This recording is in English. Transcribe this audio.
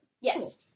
yes